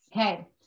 Okay